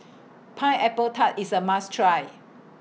Pineapple Tart IS A must Try